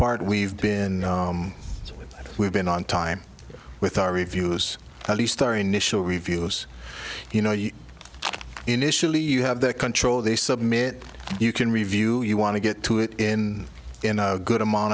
part we've been we've been on time with our reviews at least our initial reviews you know you initially you have that control they submit you can review you want to get to it in good amount